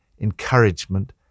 encouragement